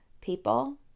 people